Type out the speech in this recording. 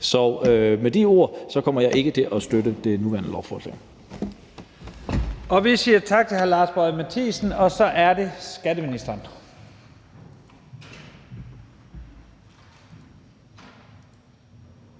Så med de ord kommer jeg ikke til at støtte det nuværende lovforslag.